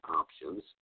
options